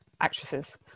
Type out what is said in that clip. actresses